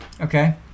Okay